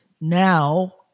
now